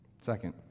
Second